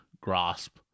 grasp